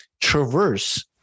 traverse